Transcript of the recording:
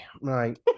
right